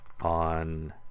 on